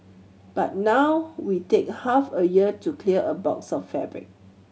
but now we take half a year to clear a box of fabric